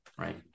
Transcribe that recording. right